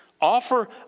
offer